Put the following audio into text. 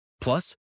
Plus